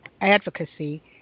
advocacy